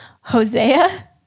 Hosea